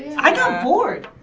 i got bored.